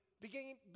beginning